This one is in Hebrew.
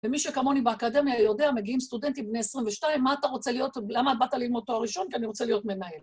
ומי שכמוני באקדמיה יודע, מגיעים סטודנטים בני 22, מה אתה רוצה להיות, למה את באת ללמוד תואר ראשון? כי אני רוצה להיות מנהל.